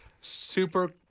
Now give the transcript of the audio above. super